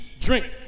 drink